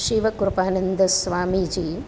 Shivkripanand Swamiji